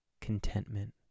contentment